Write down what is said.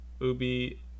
ubi